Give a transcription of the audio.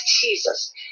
Jesus